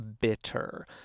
bitter